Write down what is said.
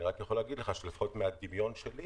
אני רק יכול להגיד לך שלפחות מהדמיון שלי